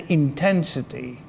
intensity